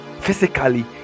physically